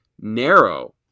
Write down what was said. narrow